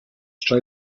try